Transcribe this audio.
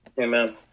Amen